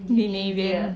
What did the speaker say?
navia